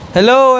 Hello